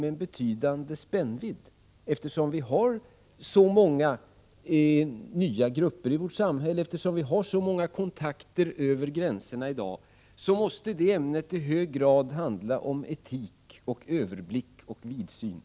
Det behöver också vara det, eftersom vi har så många nya grupper i vårt samhälle och har så många kontakter över gränserna. Religionskunskapsämnet måste därför i hög grad handla om etik, överblick och vidsyn.